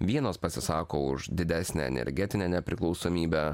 vienos pasisako už didesnę energetinę nepriklausomybę